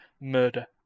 murder